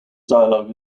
dialogue